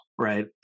right